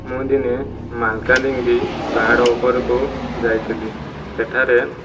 ମୁଁ ଦିନେ ମାଲକାନଗିରି ପାହାଡ଼ ଉପରକୁ ଯାଇଥିଲି ସେଠାରେ